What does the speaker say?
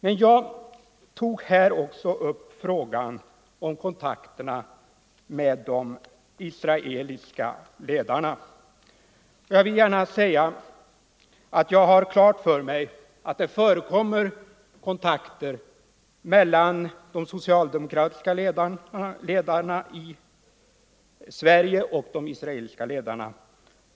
Men jag tog också upp frågan om kontakterna med de israeliska ledarna. Jag vill gärna säga att jag har klart för mig att det förekommer kontakter mellan de socialdemokratiska ledarna i Sverige och de israeliska ledarna.